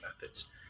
methods